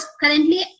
currently